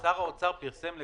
שר האוצר פרסם,